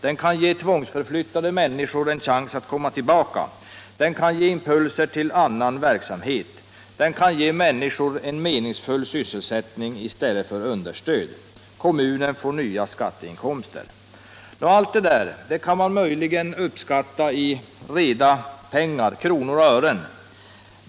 Den kan ge tvångsförflyttade människor en chans att komma tillbaka. Den kan ge impulser till annan verksamhet. Den kan ge människor en meningsfull sysselsättning i stället för understöd. Kommunen får nya skatteinkomster. Allt detta kan man möjligen uppskatta i reda pengar, kronor och ören.